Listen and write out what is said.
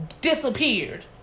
disappeared